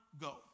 Go